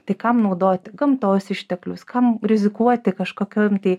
tai kam naudoti gamtos išteklius kam rizikuoti kažkokiom tai